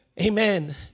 Amen